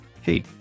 hey